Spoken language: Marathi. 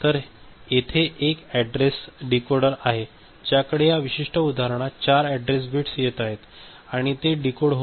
तर येथे हे ऍडरेस डीकोडर आहे ज्याकडे या विशिष्ट उदाहरणात 4 अॅड्रेस बिट्स येत आहेत आणि ते डीकोड होत आहे